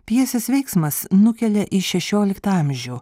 pjesės veiksmas nukelia į šešioliktą amžių